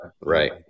Right